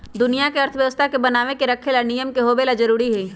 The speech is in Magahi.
दुनिया के अर्थव्यवस्था के बनाये रखे ला नियम के होवे ला जरूरी हई